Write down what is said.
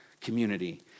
community